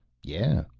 yeah,